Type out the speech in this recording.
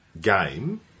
game